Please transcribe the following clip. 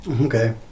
Okay